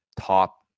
top